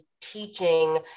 teaching